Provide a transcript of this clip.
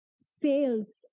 sales